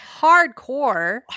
hardcore